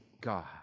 God